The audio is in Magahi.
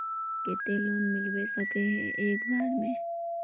केते लोन मिलबे सके है एक बार में?